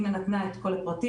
אם היא נתנה את כל הפרטים,